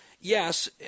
Yes